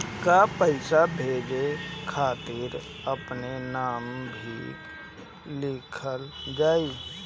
का पैसा भेजे खातिर अपने नाम भी लिकल जाइ?